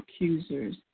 accusers